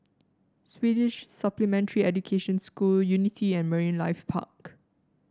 Swedish Supplementary Education School Unity and Marine Life Park